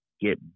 get